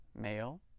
male